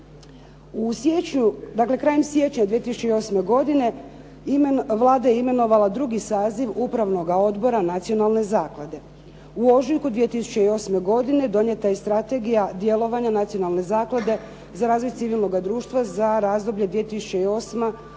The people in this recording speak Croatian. krajem siječnja 2008. godine Vlada je imenovala drugi saziv Upravnoga odbora Nacionalne zaklade. U ožujku 2008. godine donijeta je Strategija djelovanja Nacionalne zaklade za razvoj civilnoga društva za razdoblje 2008. do